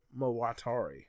Mowatari